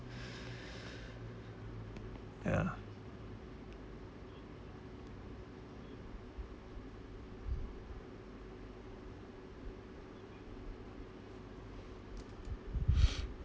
yeah